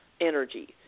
energy